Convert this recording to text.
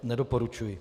Nedoporučuji.